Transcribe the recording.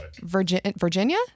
Virginia